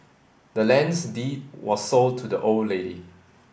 the land's deed was sold to the old lady